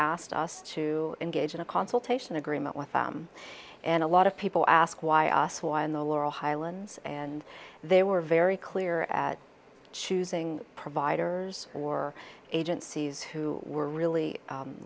asked us to engage in a consultation agreement with them and a lot of people ask why us why in the laurel highlands and they were very clear at choosing providers or agencies who were really